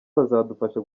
bazadufasha